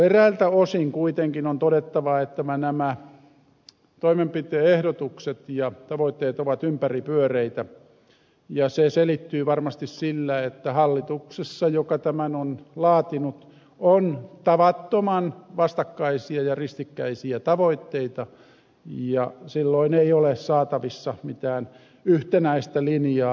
eräiltä osin kuitenkin on todettava että nämä toimenpide ehdotukset ja tavoitteet ovat ympäripyöreitä ja se selittyy varmasti sillä että hallituksessa joka tämän on laatinut on tavattoman vastakkaisia ja ristikkäisiä tavoitteita ja silloin ei ole saatavissa mitään yhtenäistä linjaa